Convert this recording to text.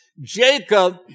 Jacob